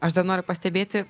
aš dar noriu pastebėti